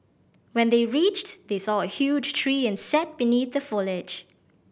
when they reached they saw a huge tree and sat beneath the foliage